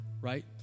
right